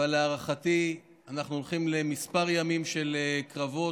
אבל להערכתי אנחנו הולכים לכמה ימים של קרבות,